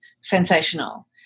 sensational